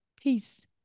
Peace